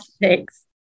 Thanks